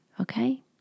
okay